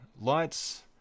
lights